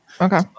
Okay